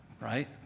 right